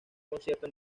concierto